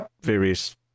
various